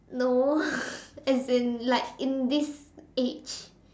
no as in like in this age